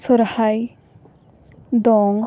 ᱥᱚᱨᱦᱟᱭ ᱫᱚᱝ